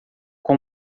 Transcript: com